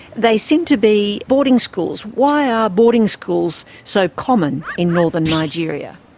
they seem to be boarding schools. why are boarding schools so common in northern nigeria?